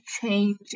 change